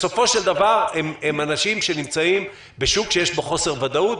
בסופו של דבר הם אנשים שנמצאים בשוק שיש בו חוסר ודאות,